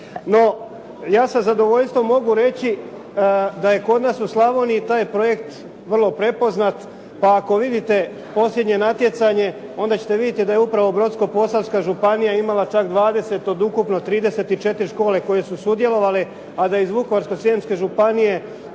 No, ja sa zadovoljstvom mogu reći da je kod nas u Slavoniji taj projekt vrlo prepoznat, pa ako vidite posljednje natjecanje onda ćete vidjeti da je upravo Brodsko-posavska županija imala čak 20 od ukupno 34 škole koje su sudjelovale a da je iz Vukovarsko-srijemske županije